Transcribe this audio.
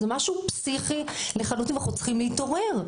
זה משהו פסיכי לחלוטין ואנחנו צריכים להתעורר.